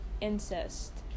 incest